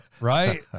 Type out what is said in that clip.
right